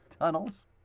tunnels